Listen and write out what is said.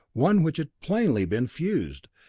one which had plainly been fused,